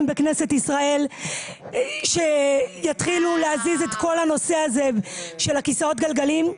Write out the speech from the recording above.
בכנסת ישראל שיתחילו להזיז את כל הנושא הזה של הכיסאות גלגלים.